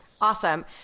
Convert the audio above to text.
Awesome